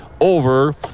over